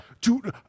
Dude